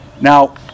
Now